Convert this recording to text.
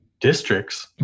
districts